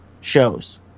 shows